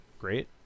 Great